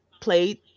played